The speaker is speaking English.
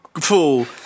Fool